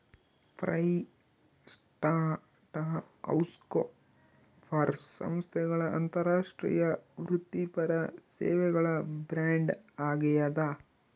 PricewaterhouseCoopers ಸಂಸ್ಥೆಗಳ ಅಂತಾರಾಷ್ಟ್ರೀಯ ವೃತ್ತಿಪರ ಸೇವೆಗಳ ಬ್ರ್ಯಾಂಡ್ ಆಗ್ಯಾದ